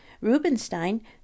Rubinstein